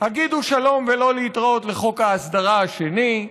הגידו שלום ולא להתראות לחוק ההסדרה השני,